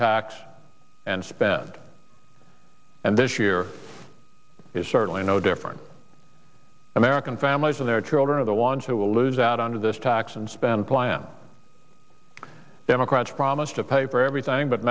tax and spend and this year is certainly no different american families and their children of the one who will lose out under this tax and spend plan democrats promise to pay for everything but